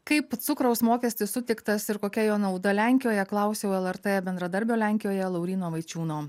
kaip cukraus mokestis sutiktas ir kokia jo nauda lenkijoje klausiau lrt bendradarbio lenkijoje lauryno vaičiūno